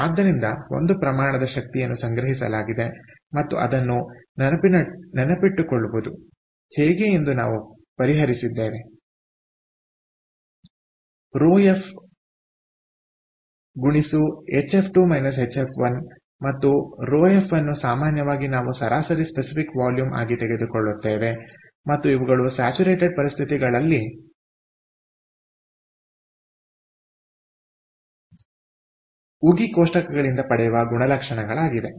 ಆದ್ದರಿಂದ ಒಂದು ಪ್ರಮಾಣದ ಶಕ್ತಿಯನ್ನು ಸಂಗ್ರಹಿಸಲಾಗಿದೆ ಮತ್ತು ಅದನ್ನು ನೆನಪಿಟ್ಟುಕೊಳ್ಳುವುದು ಹೇಗೆ ಎಂದು ನಾವು ಪರಿಹರಿಸಿದ್ದೇವೆ ρf ಮತ್ತು ρfಅನ್ನು ಸಾಮಾನ್ಯವಾಗಿ ನಾವು ಸರಾಸರಿ ಸ್ಪೆಸಿಫಿಕ್ ವಾಲ್ಯೂಮ್ ಆಗಿ ತೆಗೆದುಕೊಳ್ಳುತ್ತೇವೆ ಮತ್ತು ಇವುಗಳು ಸ್ಯಾಚುರೇಟೆಡ್ ಪರಿಸ್ಥಿತಿಗಳಲ್ಲಿ ಉಗಿ ಕೋಷ್ಟಕಗಳಿಂದ ಪಡೆಯುವ ಗುಣಲಕ್ಷಣಗಳು ಆಗಿವೆ